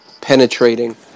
penetrating